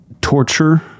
torture